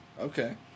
okay